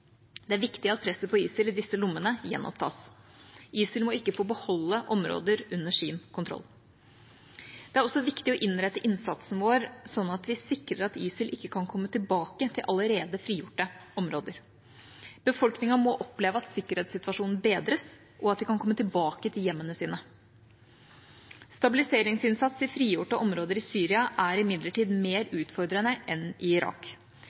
Det er viktig at presset på ISIL i disse lommene gjenopptas. ISIL må ikke få beholde områder under sin kontroll. Det er også viktig å innrette innsatsen vår sånn at vi sikrer at ISIL ikke kan komme tilbake til allerede frigjorte områder. Befolkningen må oppleve at sikkerhetssituasjonen bedres, og at de kan komme tilbake til hjemmene sine. Stabiliseringsinnsats i frigjorte områder i Syria er imidlertid mer utfordrende enn i Irak.